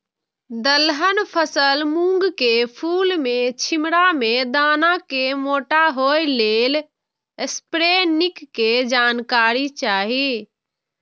दलहन फसल मूँग के फुल में छिमरा में दाना के मोटा होय लेल स्प्रै निक के जानकारी चाही?